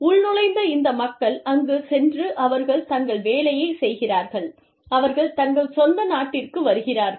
உள்நுழைந்த இந்த மக்கள் அங்குச் சென்று அவர்கள் தங்கள் வேலையைச் செய்கிறார்கள் அவர்கள் தங்கள் சொந்த நாட்டிற்கு வருகிறார்கள்